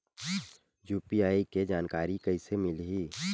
UPI के जानकारी कइसे मिलही?